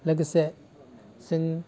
लोगोसे जों